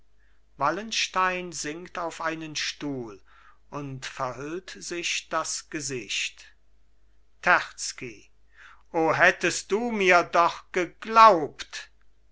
wallenstein sinkt auf einen stuhl und verhüllt sich das gesicht terzky o hättest du mir doch geglaubt